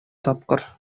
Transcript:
тапкыр